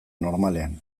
normalean